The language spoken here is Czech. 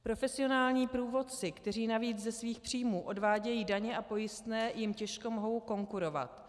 Profesionální průvodci, kteří navíc ze svých příjmů odvádějí daně a pojistné, jim těžko mohou konkurovat.